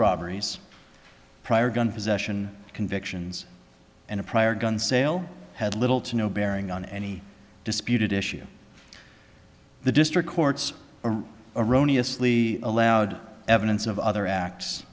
robberies prior gun possession convictions and a prior gun sale had little to no bearing on any disputed issue the district courts are erroneous li allowed evidence of other acts